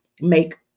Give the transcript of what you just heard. make